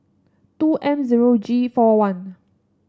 two M zero G four one